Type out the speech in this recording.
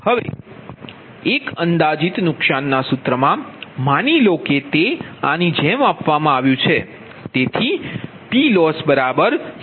હવે એક અંદાજિત નુકસાનના સૂત્રમાં માની લો કે તે આની જેમ આપવામાં આવ્યું છે